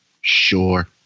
Sure